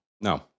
no